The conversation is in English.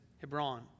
Hebron